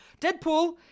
Deadpool